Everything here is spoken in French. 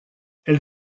elle